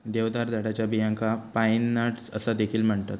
देवदार झाडाच्या बियांका पाईन नट्स असा देखील म्हणतत